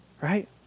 right